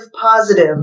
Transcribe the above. positive